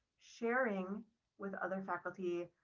sharing with other faculty,